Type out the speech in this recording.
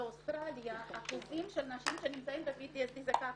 באוסטרליה אחוזים של נשים שנמצאות ב-PTSD זה ככה,